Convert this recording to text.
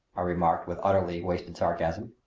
remarked with utterly wasted sarcasm.